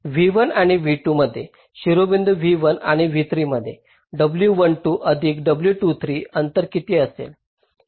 आता v1 आणि v3 मधे शिरोबिंदू v1 आणि v3 मधे W12 अधिक W23 अंतर किती असेल